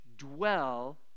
dwell